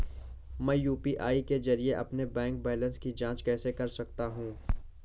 मैं यू.पी.आई के जरिए अपने बैंक बैलेंस की जाँच कैसे कर सकता हूँ?